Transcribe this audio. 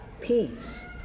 peace